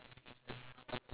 oh my gosh